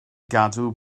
gadw